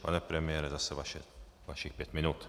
Pane premiére, zase vašich pět minut.